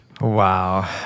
Wow